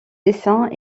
dessins